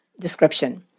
description